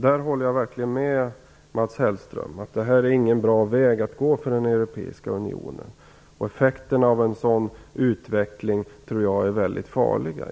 Jag håller verkligen med Mats Hellström där. Detta är ingen bra väg att gå för den europeiska unionen. Jag tror att effekterna av en sådan utveckling egentligen är väldigt farliga.